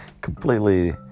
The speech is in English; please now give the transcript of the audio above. completely